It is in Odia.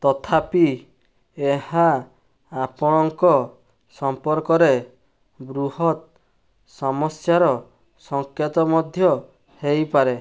ତଥାପି ଏହା ଆପଣଙ୍କ ସମ୍ପର୍କରେ ବୃହତ୍ ସମସ୍ୟାର ସଙ୍କେତ ମଧ୍ୟ ହେଇପାରେ